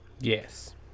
Yes